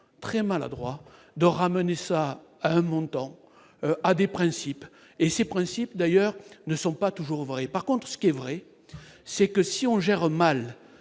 très maladroit de ramener ça à un montant à des principes et ses principes d'ailleurs ne sont pas toujours vrai par contre ce qui est vrai c'est que si on gère mal